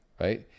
right